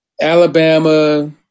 Alabama